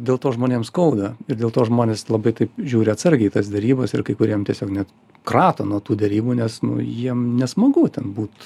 dėl to žmonėms skauda ir dėl to žmonės labai taip žiūri atsargiai į tas derybas ir kai kuriem tiesiog net krato nuo tų derybų nes nu jiem nesmagu ten būt